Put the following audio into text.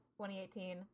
2018